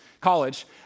college